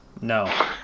No